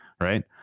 right